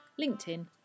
LinkedIn